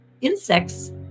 insects